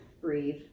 breathe